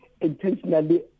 intentionally